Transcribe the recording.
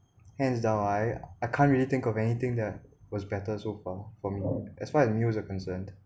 hands down I I can't really think of anything that was better so far for me as far as meals are concerned